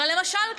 הרי למשל,